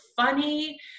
funny